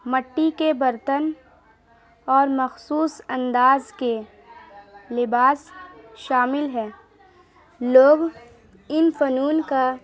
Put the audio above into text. مٹی کے برتن اور مخصوص انداز کے لباس شامل ہیں لوگ ان فنون کا